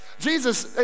Jesus